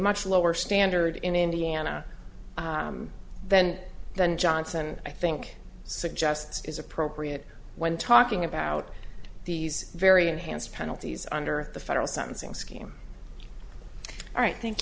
much lower standard in indiana then than johnson i think suggests is appropriate when talking about these very enhanced penalties under the federal sentencing scheme all right thank